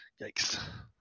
yikes